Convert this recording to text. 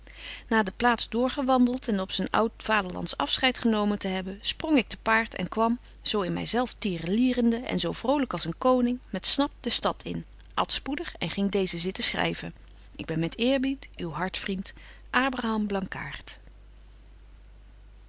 na de plaats doorgewandelt en op zyn oud vaderlands afscheid genomen te hebben sprong ik te paard en kwam zo in my zelf tierelierende en zo vrolyk als een koning met snap de stad in at spoedig en ging deezen zitten schryven ik ben met eerbied uw hartvriend